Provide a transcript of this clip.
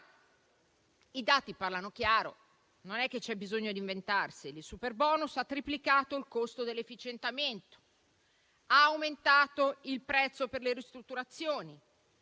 I dati parlano chiaro, non c'è bisogno di inventarseli: il superbonus ha triplicato il costo dell'efficientamento; ha aumentato il prezzo per le ristrutturazioni,